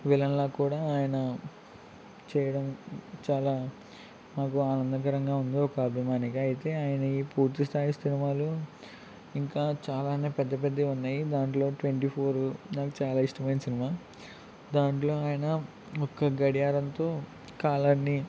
విలన్లా కూడా ఆయన చేయడం చాలా మాకు ఆనందకరంగా ఉందో ఒక అభిమానిగా అయితే ఆయన ఈ పూర్తిస్థాయి సినిమాలు ఇంకా చాలానే పెద్దపెద్దవి ఉన్నాయి దాంట్లో ట్వంటీ ఫోరు నాకు చాలా ఇష్టమైన సినిమా దాంట్లో ఆయన ఒక్క గడియారంతో కాలాన్ని